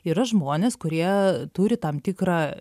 yra žmonės kurie turi tam tikrą